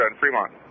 Fremont